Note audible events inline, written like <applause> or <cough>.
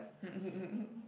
<laughs>